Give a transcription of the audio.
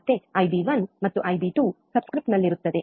ಮತ್ತೆ ಬಿ1 ಮತ್ತು ಬಿ2 ಸಬ್ಸ್ಕ್ರಿಪ್ಟ್ನಲ್ಲಿರುತ್ತದೆ